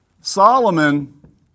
Solomon